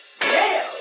Nails